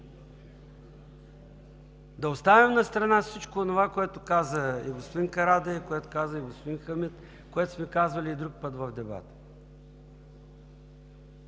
Да оставим настрана всичко онова, което казаха господин Карадайъ и господин Хамид, което сме казвали и друг път в дебата.